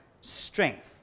strength